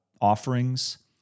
offerings